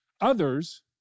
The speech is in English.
Others